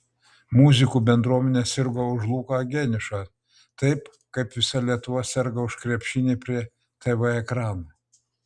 muzikų bendruomenė sirgo už luką geniušą taip kaip visa lietuva serga už krepšinį prie tv ekranų